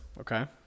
Okay